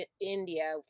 India